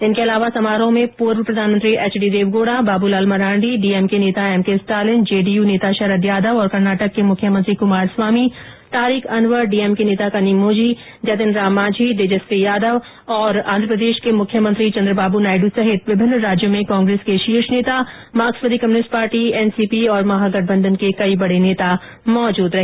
इसके अलावा समारोह में पूर्व प्रधानमंत्री एचडी देवगोड़ा बाबू लाल मरांडी डीएमके नेता एम के स्टालिन जेडीयू नेता शरद यादव और कर्नाटक के मुख्यमंत्री कुमार स्वामी तारीक अनवर डीएमके नेता कनिमोझी जतिन राम माझी तेजस्वी यादव आन्ध्रप्रदेश के मुख्यमंत्री चन्द्रबाबू नायडु सहित विभिन्न राज्यों में कांग्रेस के शीर्ष नेता मार्क्सवादी कम्युनिस्ट पार्टी एनसीपी और तथा महागठबंधन के कई बड़े नेता मौजूद रहे